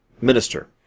Minister